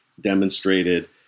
demonstrated